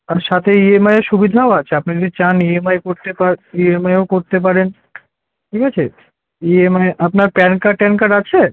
আর সাতে E M I য়ের সুবিধাও আছে আপনি যদি চান ইএমআই করতে পার ই এম আইও করতে পারেন ঠিক আছে ইএমআই আপনার প্যান কার্ড ট্যান কার্ড আছে